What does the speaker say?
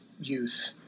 youth